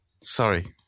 Sorry